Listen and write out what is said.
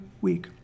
week